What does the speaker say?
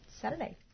Saturday